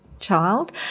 child